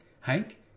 hank